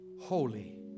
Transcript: holy